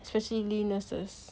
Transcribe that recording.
especially nurses